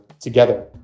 together